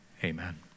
Amen